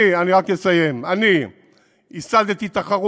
אני, אני רק אסיים, אני ייסדתי תחרות